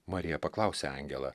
marija paklausė angelą